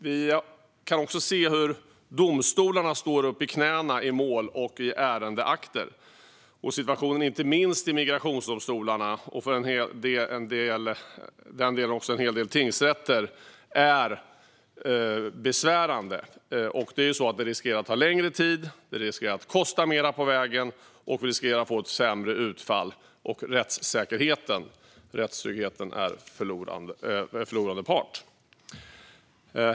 Vi kan också se hur domstolarna står upp till knäna i mål och ärendeakter. Situationen inte minst i migrationsdomstolarna, och för den delen också i en hel del tingsrätter, är besvärande. Det riskerar att ta längre tid och kosta mer på vägen. Vi riskerar att få ett sämre utfall, och rättssäkerheten och rättstryggheten är den förlorande parten.